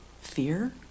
fear